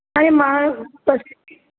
हाणे मां